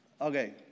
Okay